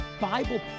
Bible